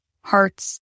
hearts